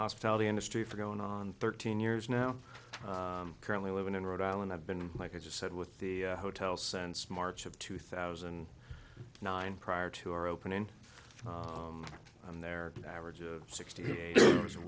hospitality industry for going on thirteen years now currently living in rhode island i've been like i just said with the hotel sense march of two thousand and nine prior to our opening i'm there an average of sixty hours a